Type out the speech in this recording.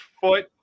foot